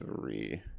three